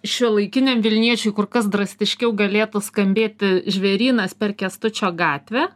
šiuolaikiniam vilniečiui kur kas drastiškiau galėtų skambėti žvėrynas per kęstučio gatvę